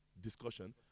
discussion